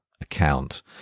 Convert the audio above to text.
account